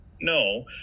no